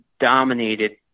dominated